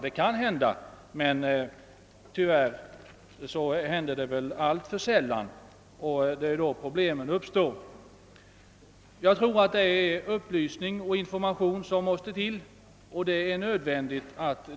Det kan hända, men tyvärr inträffar det väl alltför sällan, och det är då som problemen uppstår. Jag tror att det är upplysning och information som skall sättas in, och denna verksamhet måste intensifieras.